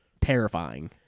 terrifying